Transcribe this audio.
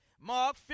Mark